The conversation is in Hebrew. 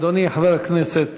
אדוני חבר הכנסת.